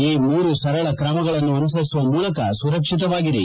ಈ ಮೂರು ಸರಳ ಕ್ರಮಗಳನ್ನು ಅನುಸರಿಸುವ ಮೂಲಕ ಸುರಕ್ಷಿತವಾಗಿರಿ